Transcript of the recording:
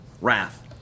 wrath